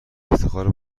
افتخار